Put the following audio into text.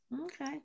Okay